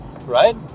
right